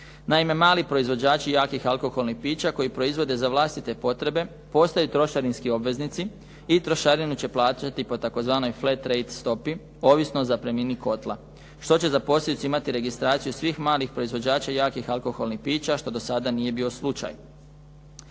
Naime, mali proizvođači jakih alkoholnih pića koji proizvode za vlastite potrebe postaju trošarinski obveznici i trošarine će plaćati po tzv. flat rate stopi, ovisno o zapremnini kotla što će za posljedicu imati registraciju svih malih proizvođača jakih alkoholnih pića što do sada nije bio slučaj.